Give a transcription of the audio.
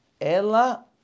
ela